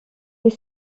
est